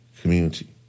community